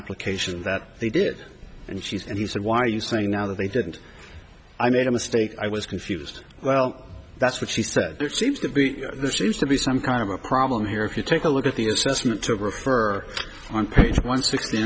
application that they did and she's and he said why use saying now that they didn't i made a mistake i was confused well that's what she said there seems to be there seems to be some kind of a problem here if you take a look at the assessment to refer on page one sixty